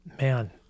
Man